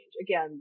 Again